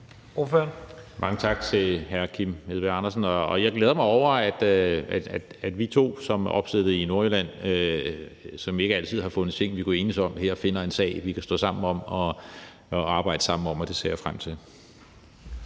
Mange tak til hr. Kim Edberg Andersen. Jeg glæder mig over, at vi to, som er opstillet i Nordjylland, og som ikke altid har fundet ting, vi kunne enes om her, finder en sag, vi kan stå sammen om og arbejde sammen om, og det ser jeg frem til.